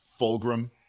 fulgrim